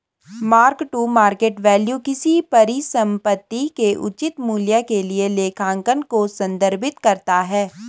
mark to market value किसी परिसंपत्ति के उचित मूल्य के लिए लेखांकन को संदर्भित करता है